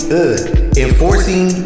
enforcing